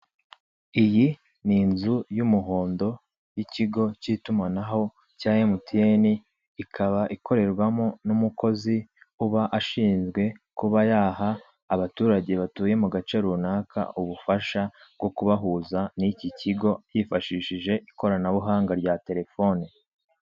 Iyi n'inzu y'umuhondo y'ikigo cy'itumanaho cya MTN ikaba ikorerwamo n'umukozi uba ashinzwe kuba yaha abaturage batuye mugace runaka ubufasha bwo kubahuza n'iki kigo hifashishijwe ikoranabuhanga rya telefone.